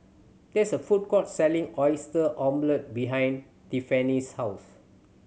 there is a food court selling Oyster Omelette behind Tiffanie's house